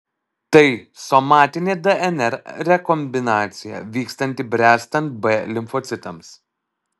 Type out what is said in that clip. tai somatinė dnr rekombinacija vykstanti bręstant b limfocitams